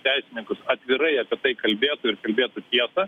teisininkus atvirai apie tai kalbėtų ir kalbėtų tiesą